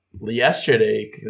yesterday